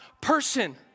person